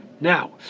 Now